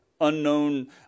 unknown